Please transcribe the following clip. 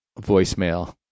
voicemail